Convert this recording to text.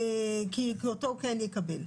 כי אותו הוא כן יקבל.